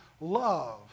love